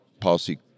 policy